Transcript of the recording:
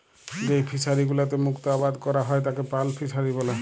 যেই ফিশারি গুলোতে মুক্ত আবাদ ক্যরা হ্যয় তাকে পার্ল ফিসারী ব্যলে